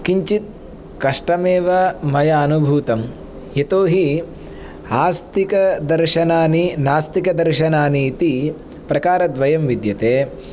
किञ्चित कष्टमेव मया अनुभूतं यतोहि आस्तिकदर्शनानि नास्तिकदर्शनानि इति प्रकारद्वयम् विद्यते